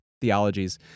theologies